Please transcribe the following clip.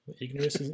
Ignorance